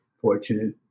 fortunate